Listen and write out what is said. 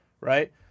Right